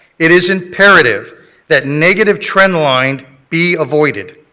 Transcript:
it is imperative that negative trend line be avoided.